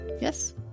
Yes